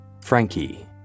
Frankie